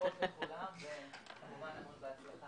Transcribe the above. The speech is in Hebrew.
ברכות לכולם וכמובן המון בהצלחה